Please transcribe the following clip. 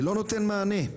זה לא נותן מענה,